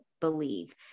believe